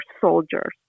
soldiers